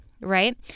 right